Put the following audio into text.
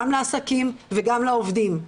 גם לעסקים וגם לעובדים.